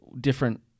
different